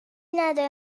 نداره